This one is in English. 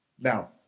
Now